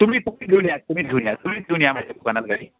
तुम्ही फक्त घेऊन या तुम्ही घेऊन या तुम्हीच घेऊन या माझ्या दुकानात गाडी